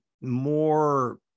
more